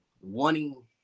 wanting